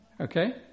Okay